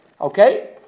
okay